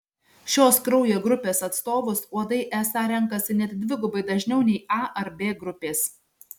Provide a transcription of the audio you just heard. šios kraujo grupės atstovus uodai esą renkasi net dvigubai dažniau nei a ar b grupės